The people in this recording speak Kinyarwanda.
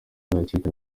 yakirwa